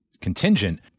contingent